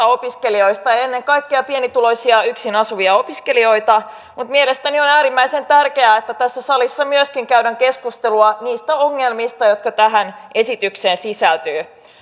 opiskelijoista ja ennen kaikkea pienituloisia yksin asuvia opiskelijoita mutta mielestäni on äärimmäisen tärkeää että tässä salissa myöskin käydään keskustelua niistä ongelmista joita tähän esitykseen sisältyy